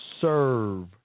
serve